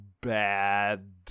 bad